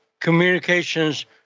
communications